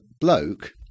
bloke